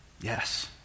Yes